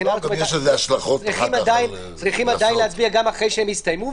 כלומר צריכים עדיין להצביע גם אחרי שיסתיימו,